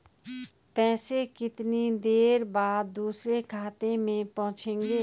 पैसे कितनी देर बाद दूसरे खाते में पहुंचेंगे?